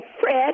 Fred